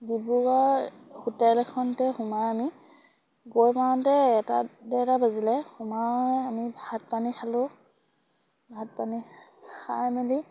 Dibrugarh hotel এখনতে সোমাই আমি গৈ পাওঁতে এটা দেড়তা বাজিলে সোমাই আমি ভাত পানী খালোঁ ভাত পানী খাই মেলি